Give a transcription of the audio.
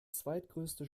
zweitgrößte